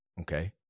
Okay